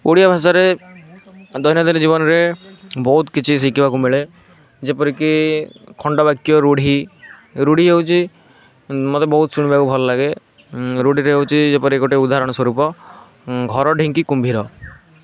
ଓଡ଼ିଆ ଭାଷାରେ ଆମ ଦୈନନ୍ଦିନ ଜୀବନରେ ବହୁତ କିଛି ଶିଖିବାକୁ ମିଳେ ଯେପରି କି ଖଣ୍ଡ ବାକ୍ୟ ରୁଢ଼ି ରୁଢ଼ି ହେଉଛି ମତେ ବହୁତ ଶୁଣିବାକୁ ଭଲ ଲାଗେ ରୁଢ଼ିରେ ହେଉଛି ଯେପରି ଗୋଟିଏ ଉଦାହରଣ ସ୍ଵରୂପ ଘର ଢିଙ୍କି କୁମ୍ଭୀର